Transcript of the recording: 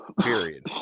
Period